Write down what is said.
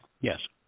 Yes